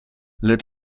let